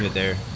there